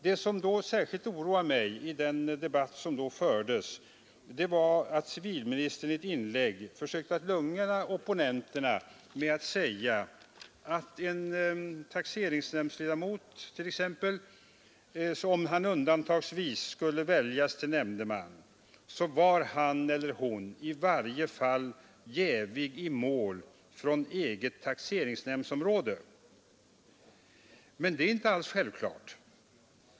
Det som särskilt oroade mig i den debatt som då fördes var att civilministern i ett inlägg försökte lugna opponenterna med att säga att en taxeringsnämndsledamot, om han undantagsvis skulle väljas till nämndeman, i varje fall var jävig i mål från eget taxeringsnämndsområde. Men det är inte alldeles självklart.